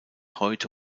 heute